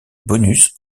bonus